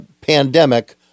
pandemic